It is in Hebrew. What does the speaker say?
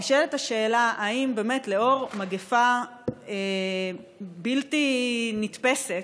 נשאלת השאלה: האם באמת, לאור מגפה בלתי נתפסת,